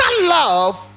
love